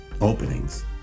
openings